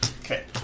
Okay